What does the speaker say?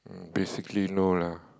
basically no lah